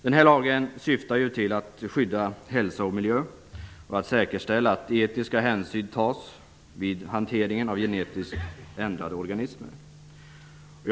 Den här lagen syftar till att skydda hälsa och miljö och till att säkerställa att etiska hänsyn tas vid hanteringen av genetiskt ändrade organismer.